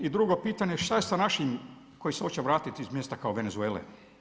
I drugo je pitanje, što je sa našim koji se hoće vratiti iz mjesta kao Venezuele?